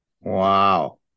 Wow